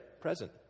present